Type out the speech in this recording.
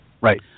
Right